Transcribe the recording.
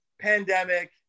pandemic